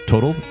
Total